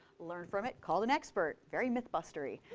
learned from it, called an expert. very mythbustery.